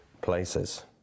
places